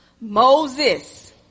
Moses